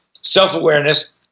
self-awareness